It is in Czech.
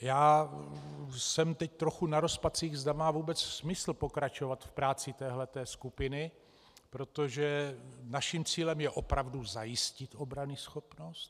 Já jsem teď trochu na rozpacích, zda má vůbec smysl pokračovat v práci téhle té skupiny, protože naším cílem je opravdu zajistit obranyschopnost.